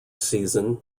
season